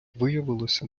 виявилося